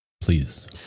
please